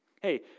Hey